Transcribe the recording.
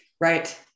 Right